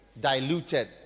diluted